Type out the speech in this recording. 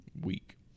week